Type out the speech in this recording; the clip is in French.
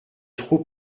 trop